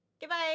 Goodbye